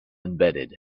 embedded